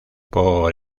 por